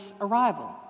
arrival